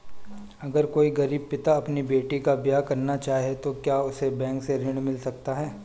अगर कोई गरीब पिता अपनी बेटी का विवाह करना चाहे तो क्या उसे बैंक से ऋण मिल सकता है?